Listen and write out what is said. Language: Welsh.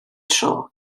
tro